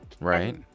right